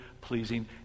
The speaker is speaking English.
pleasing